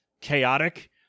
chaotic